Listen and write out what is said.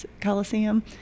Coliseum